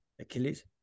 Achilles